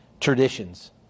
traditions